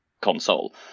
console